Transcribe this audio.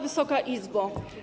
Wysoka Izbo!